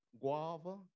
guava